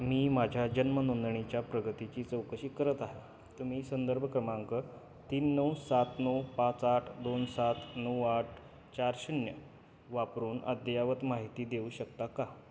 मी माझ्या जन्म नोंदणीच्या प्रगतीची चौकशी करत आहे तुम्ही संदर्भ क्रमांक तीन नऊ सात नऊ पाच आठ दोन सात नऊ आठ चार शून्य वापरून अद्ययावत माहिती देऊ शकता का